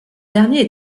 dernier